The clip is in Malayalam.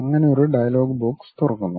അങ്ങനെ ഒരു ഡയലോഗ് ബോക്സ് തുറക്കുന്നു